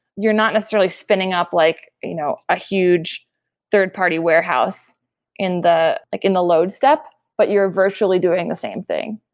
you're not necessarily spinning up like you know a huge third-party warehouse in the like the load step, but you're virtually doing the same thing,